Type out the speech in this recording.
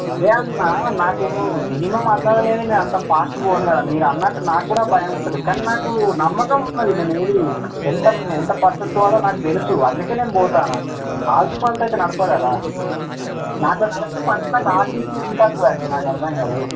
అదే అన్నా నాకు మినిమమ్ అందాజ్ లేనిదే నేనంత ఫాస్ట్ పోను కదా మీరన్నట్టు నాకు కూడా భయముంటుంది కానీ నాకు నమ్మకం ఉన్నది నేనేది ఎంత ఎంత పర్ఫెక్ట్ పోవాలో నాకు తెలుసు అందుకే నేను పోతాన్నా ఆల్ట్ పాల్ట్ అయితే నడపను కదా నాతో ఆర్టిసిలో ఎందుకొస్తుందండి నాకు అర్థం కాదు